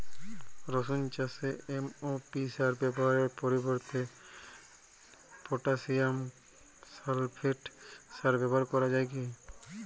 রসুন চাষে এম.ও.পি সার ব্যবহারের পরিবর্তে পটাসিয়াম সালফেট সার ব্যাবহার করা যায় কি?